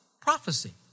prophecy